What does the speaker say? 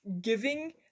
giving